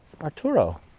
Arturo